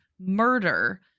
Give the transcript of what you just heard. Murder